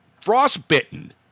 frostbitten